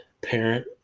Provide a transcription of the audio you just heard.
parent